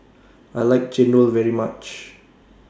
I like Chendol very much